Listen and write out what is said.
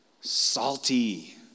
salty